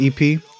EP